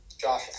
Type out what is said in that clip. Josh